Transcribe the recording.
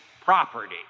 property